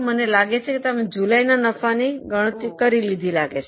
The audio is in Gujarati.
મને લાગે છે કે તમે જુલાઈના નફાની ગણતરી કરી લીધી છે